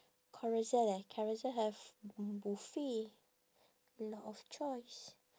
Carousel eh Carousel have buffet a lot of choice